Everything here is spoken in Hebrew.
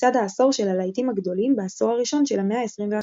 מצעד העשור של הלהיטים הגדולים בעשור הראשון של המאה ה-21.